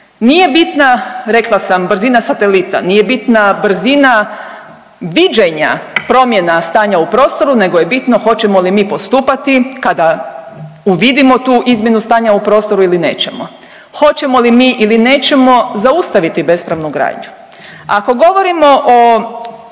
Nije bitna rekla sam brzina satelita, nije bitna brzina viđenja promjena stanja u prostoru nego je bitno hoćemo li mi postupati kada uvidimo tu izmjenu stanja u prostoru ili nećemo, hoćemo li mi ili nećemo zaustaviti bespravnu gradnju. Ako govorimo o